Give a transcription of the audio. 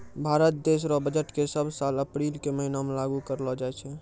भारत देश रो बजट के सब साल अप्रील के महीना मे लागू करलो जाय छै